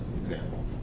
example